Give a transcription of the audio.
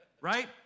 right